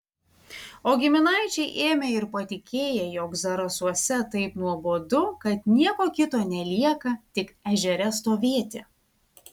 o giminaičiai ėmę ir patikėję jog zarasuose taip nuobodu kad nieko kito nelieka tik ežere stovėti